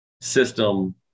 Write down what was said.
system